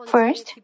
First